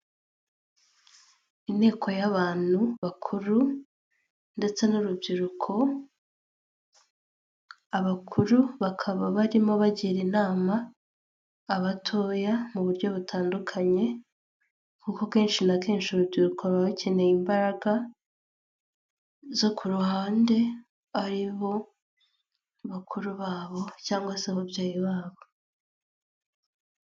Inteko y'abantu bakuru ndetse n'urubyiruko, abakuru bakaba barimo bagira inama abatoya mu buryo butandukanye kuko kenshi na kenshi urubyiruko ruba bakeneye imbaraga zo ku ruhande, ari bo bakuru babo cyangwa se ababyeyi babo.